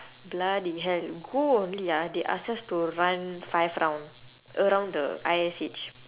bloody hell go only ah they ask us to run five round around the I_S_H